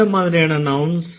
எந்த மாதிரியான நவ்ன்ஸ்